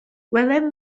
gwelem